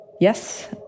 Yes